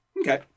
Okay